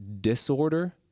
disorder